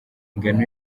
ingano